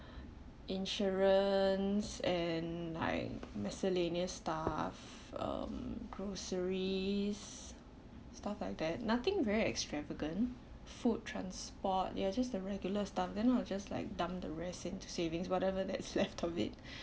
insurance and like miscellaneous stuff um groceries stuff like that nothing very extravagant food transport ya just the regular stuff then I will just like dump the rest into savings whatever that's left of it